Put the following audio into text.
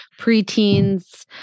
preteens